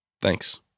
thanks